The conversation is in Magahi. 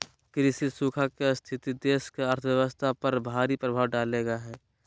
कृषि सूखा के स्थिति देश की अर्थव्यवस्था पर भारी प्रभाव डालेय हइ